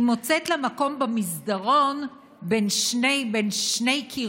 מוצאת לה מקום במסדרון בין שני קירות,